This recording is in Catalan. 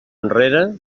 enrere